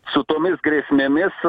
su tomis grėsmėmis